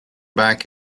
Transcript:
back